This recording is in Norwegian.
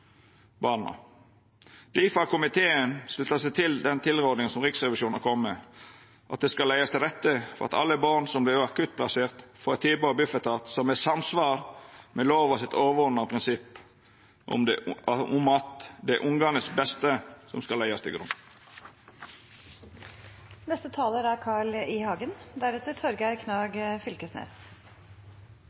barna. Difor har komiteen slutta seg til den tilrådinga som Riksrevisjonen har kome med, at det skal leggjast til rette for at alle barn som vert akuttplasserte, får eit tilbod av Bufetat som er i samsvar med lova sitt overordna prinsipp om at det er unganes beste som skal leggjast til grunn. Jeg er veldig godt fornøyd med særlig én enstemmig merknad fra komiteen der vi understreker «betydningen av å vurdere muligheter i